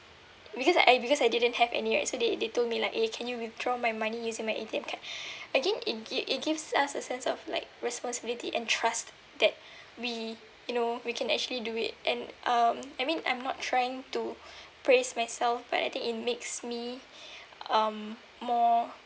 because I because I didn't have any right so they they told me like eh can you withdraw my money using my A_T_M card I think it give it gives us a sense of like responsibility and trust that we you know we can actually do it and um I mean I'm not trying to praise myself but I think it makes me um more